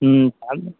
হুম আমি